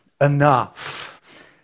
enough